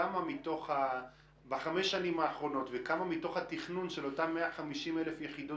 כמה בחמש השנים האחרונות וכמה מתוך התכנון של אותן 150,000 יחידות